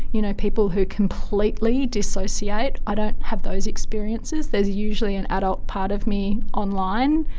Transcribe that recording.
you know, people who completely dissociate, i don't have those experiences, there's usually an adult part of me online.